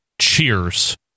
Cheers